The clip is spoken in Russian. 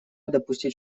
допустить